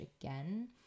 again